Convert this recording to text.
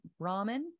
Ramen